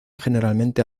generalmente